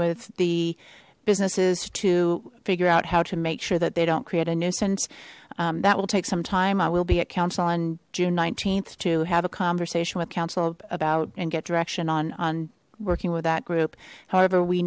with the businesses to figure out how to make sure that they don't create a nuisance that will take some time i will be at council on june th to have a conversation with council about and get direction on working with that group however we